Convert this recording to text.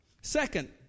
Second